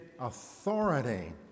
authority